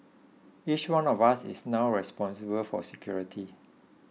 each one of us is now responsible for security